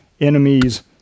enemies